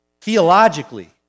theologically